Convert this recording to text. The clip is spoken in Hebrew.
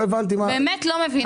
באמת לא מבינה.